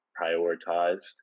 prioritized